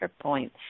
point